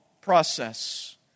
process